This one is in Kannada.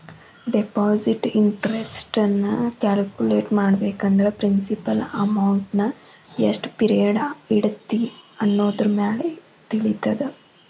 ಡೆಪಾಸಿಟ್ ಇಂಟರೆಸ್ಟ್ ನ ಕ್ಯಾಲ್ಕುಲೆಟ್ ಮಾಡ್ಬೇಕಂದ್ರ ಪ್ರಿನ್ಸಿಪಲ್ ಅಮೌಂಟ್ನಾ ಎಷ್ಟ್ ಪಿರಿಯಡ್ ಇಡತಿ ಅನ್ನೋದರಮ್ಯಾಲೆ ತಿಳಿತದ